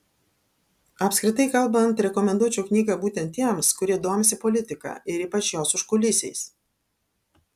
apskritai kalbant rekomenduočiau knygą būtent tiems kurie domisi politika ir ypač jos užkulisiais